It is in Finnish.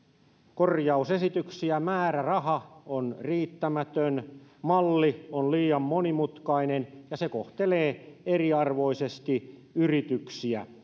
korjausesityksiä määräraha on riittämätön malli on liian monimutkainen ja se kohtelee eriarvoisesti yrityksiä